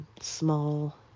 small